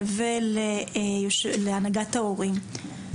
ולהנהגת ההורים.